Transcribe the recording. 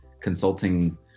consulting